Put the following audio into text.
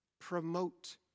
Promote